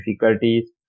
difficulties